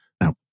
Now